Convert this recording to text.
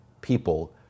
People